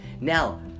Now